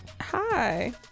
Hi